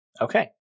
Okay